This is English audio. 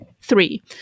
Three